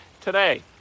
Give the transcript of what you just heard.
today